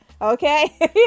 Okay